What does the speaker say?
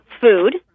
food